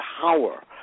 power